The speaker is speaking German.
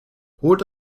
holt